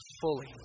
fully